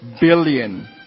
billion